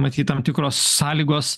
matyt tam tikros sąlygos